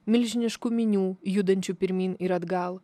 milžiniškų minių judančių pirmyn ir atgal